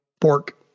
pork